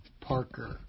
Parker